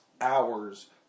hours